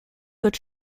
wird